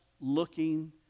looking